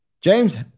James